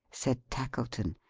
said tackleton.